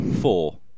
Four